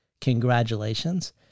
congratulations